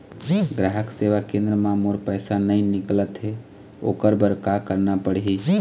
ग्राहक सेवा केंद्र म मोर पैसा नई निकलत हे, ओकर बर का करना पढ़हि?